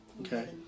Okay